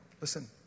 Listen